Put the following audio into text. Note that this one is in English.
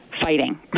fighting